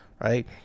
Right